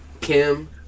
Kim